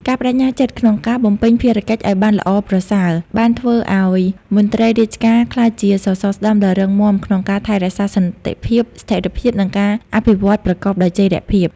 ការប្តេជ្ញាចិត្តក្នុងការបំពេញភារកិច្ចឱ្យបានល្អប្រសើរ បានធ្វើឱ្យមន្ត្រីរាជការក្លាយជាសសរស្តម្ភដ៏រឹងមាំក្នុងការថែរក្សាសន្តិភាព ស្ថិរភាព និងការអភិវឌ្ឍប្រកបដោយចីរភាព។